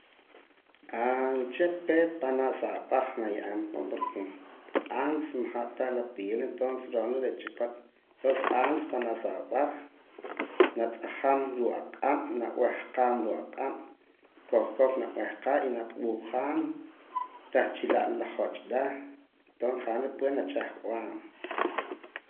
uche' peet panaa sa ab'aj na ye'em pa porque antes majaa tah la pila entonces ro'na re' chi paam etonces antes panaa sa ab'aj na tza'jam ruu' aq'aab' na b'ahqaam ru aq'aab' kow kow na b'ahqaam y na b'ahjaam reh chi la la la joch' reh entonces ja' re' na ch'ahb'am.